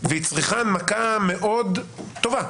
והיא צריכה הנמקה מאוד טובה.